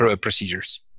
procedures